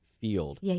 field